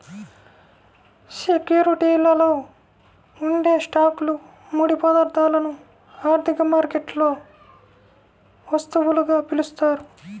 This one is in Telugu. సెక్యూరిటీలలో ఉండే స్టాక్లు, ముడి పదార్థాలను ఆర్థిక మార్కెట్లలో వస్తువులుగా పిలుస్తారు